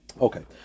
Okay